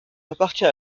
appartient